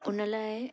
उन लाइ